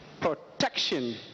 protection